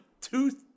two